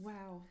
Wow